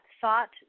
thought